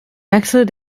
wechsel